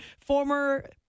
former